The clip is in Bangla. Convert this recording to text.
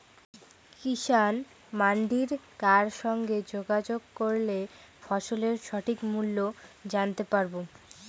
কিষান মান্ডির কার সঙ্গে যোগাযোগ করলে ফসলের সঠিক মূল্য জানতে পারবো?